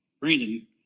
Brandon